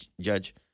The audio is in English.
Judge